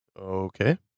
Okay